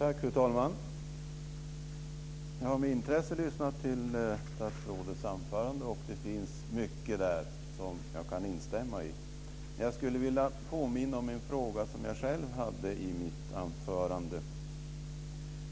Fru talman! Jag har med intresse lyssnat till statsrådets anförande, och där fanns mycket som jag kan instämma i. Jag skulle vilja påminna om en fråga som jag ställde i mitt anförande.